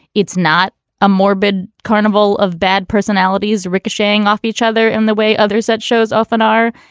it's not a morbid carnival of bad personalities ricocheting off each other in the way others at shows often are.